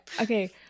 okay